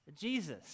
Jesus